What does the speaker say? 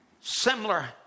similar